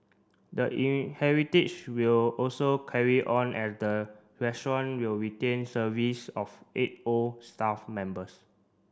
the in heritage will also carry on as the restaurant will retain service of eight old staff members